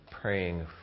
praying